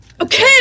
Okay